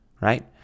right